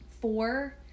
four